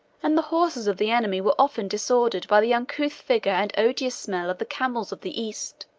and the horses of the enemy were often disordered by the uncouth figure and odious smell of the camels of the east.